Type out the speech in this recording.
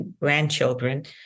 grandchildren